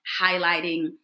highlighting